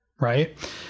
Right